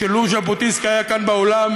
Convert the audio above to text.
שלו ז'בוטינסקי היה כאן באולם,